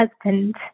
husband